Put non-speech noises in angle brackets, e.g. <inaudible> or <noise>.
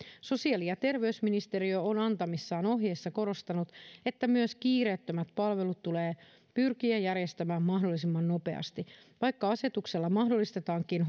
sosiaali ja terveysministeriö on antamissaan ohjeissa korostanut <unintelligible> että myös kiireettömät palvelut tulee <unintelligible> pyrkiä järjestämään mahdollisimman nopeasti <unintelligible> vaikka asetuksella mahdollistetaankin <unintelligible>